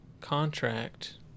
contract